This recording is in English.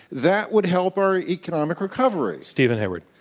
that would help our economic recovery. steven hayward.